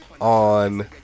on